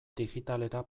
digitalera